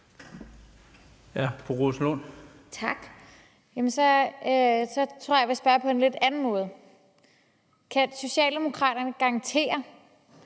13:42 Rosa Lund (EL): Tak. Så tror jeg, at jeg vil spørge på en lidt anden måde. Kan Socialdemokraterne garantere,